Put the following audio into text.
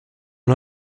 not